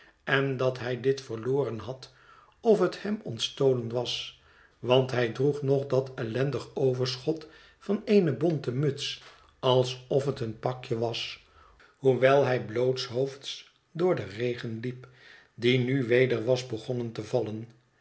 en dat hij dit verloren had of het hem ontstolen was want hij droeg nog dat ellendig overschot van eene bonten muts alsof het een pakje was hoewel hij blootshoofds door den regen liep die nu weder was begonnen te vallen